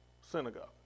synagogue